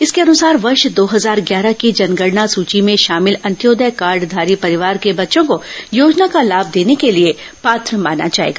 इसके अनुसार वर्ष दो हजार ग्यारह की जनगणना की सूची में शामिल अंत्योदय कार्डधारी परिवार के बच्चों को योजना का लाभ देने के लिए पात्र माना जाएगा